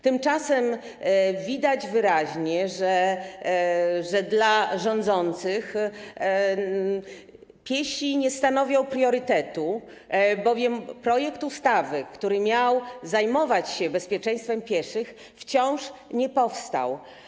Tymczasem widać wyraźnie, że dla rządzących piesi nie stanowią priorytetu, bowiem projekt ustawy, który miał zajmować się bezpieczeństwem pieszych, wciąż nie powstał.